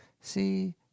see